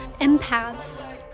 empaths